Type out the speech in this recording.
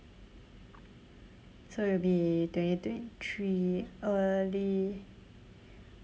so it will be twenty twenty three early